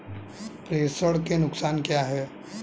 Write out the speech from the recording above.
प्रेषण के नुकसान क्या हैं?